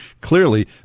clearly